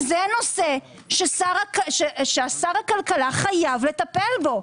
זה נושא ששר הכלכלה חייב לטפל בו,